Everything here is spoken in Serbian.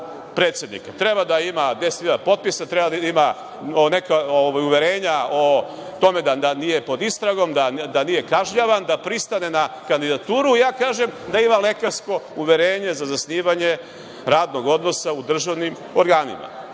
Treba da ima 10.000 potpisa, treba da ima neka uverenja o tome da nije pod istragom, da nije kažnjavan, da pristane na kandidaturu, a ja kažem i da ima lekarsko uverenje za zasnivanje radnog odnosa u državnim organima.